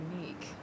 unique